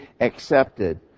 accepted